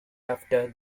after